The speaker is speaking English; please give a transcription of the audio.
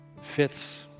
fits